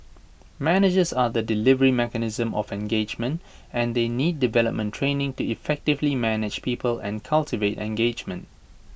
managers are the delivery mechanism of engagement and they need development training to effectively manage people and cultivate engagement